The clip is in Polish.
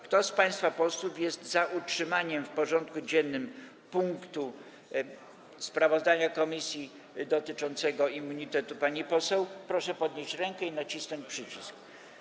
Kto z państwa posłów jest za utrzymaniem w porządku dziennym punktu: sprawozdanie komisji dotyczące immunitetu pani poseł, proszę podnieść rękę i nacisnąć przycisk.